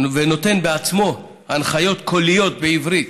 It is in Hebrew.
ונותן בעצמו הנחיות קוליות בעברית.